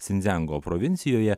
sinzengo provincijoje